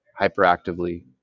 hyperactively